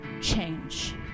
change